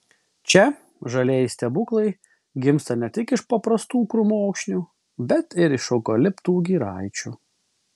čia žalieji stebuklai gimsta ne tik iš paprastų krūmokšnių bet ir iš eukaliptų giraičių